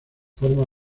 forma